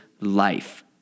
life